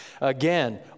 again